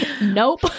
Nope